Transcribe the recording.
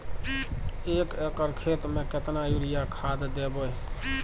एक एकर खेत मे केतना यूरिया खाद दैबे?